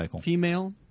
female